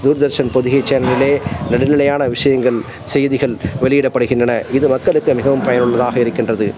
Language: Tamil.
தூர்தர்ஷன் பொதிகை சேனலில் நடுநிலையான விஷயங்கள் செய்திகள் வெளியிடப்படுகின்றன இது மக்களுக்கு மிகவும் பயனுள்ளதாக இருக்கின்றது